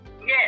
Yes